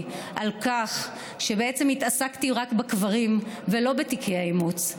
על כך שבעצם התעסקתי רק בקברים ולא בתיקי האימוץ.